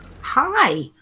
Hi